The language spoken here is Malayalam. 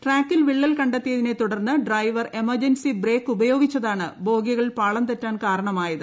ട്രാക്കിൽ വിള്ളൽ കണ്ടെത്തിയതിനെ തൂടർന്ന് ഡ്രൈവർ എമർജൻസി ബ്രേക്ക് ഉപയോഗിച്ചത്യാണ് ബോഗികൾ പാളംതെറ്റാൻ കാരണമായത്